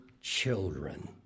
children